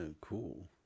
cool